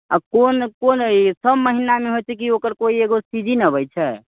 आ कोन कोन सभ महीनामे होइ छै कि ओकर कोइ एगो सीजन अबै छै